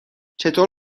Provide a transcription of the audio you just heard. چطور